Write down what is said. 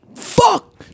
fuck